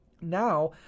Now